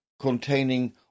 containing